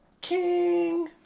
King